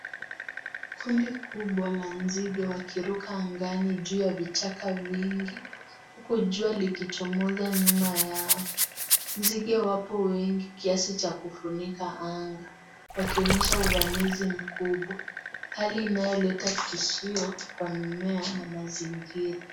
Kundi kubwa la nzige wakiruka angani juu ya vichaka vingi huku jua likichomoza nyuma yao nzige wapo wengi kiasi cha kufunika anga wakionyesha uvamizi mkubwa hali inayoleta tishio kwa mimea na mazingira.